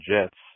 jets